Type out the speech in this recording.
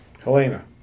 Helena